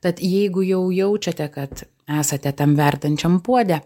tad jeigu jau jaučiate kad esate tam verdančiam puode